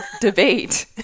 debate